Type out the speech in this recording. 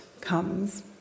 comes